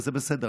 וזה בסדר,